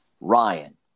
Ryan